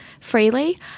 freely